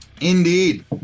Indeed